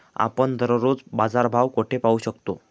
आपण दररोजचे बाजारभाव कोठे पाहू शकतो?